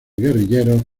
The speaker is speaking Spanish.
guerrilleros